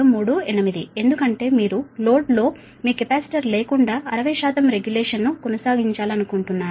9238 ఎందుకంటే మీరు లోడ్ లో మీ కెపాసిటర్ లేకుండా 60 రెగ్యులేషన్ ను కొనసాగించాలనుకుంటున్నారు